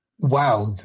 Wow